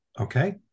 okay